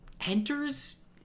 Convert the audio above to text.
enters